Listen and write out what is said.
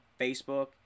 Facebook